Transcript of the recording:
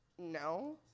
No